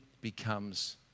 becomes